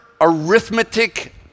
arithmetic